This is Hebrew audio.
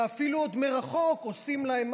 שאפילו עוד מרחוק עושים להם,